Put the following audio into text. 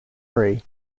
free